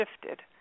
shifted